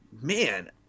man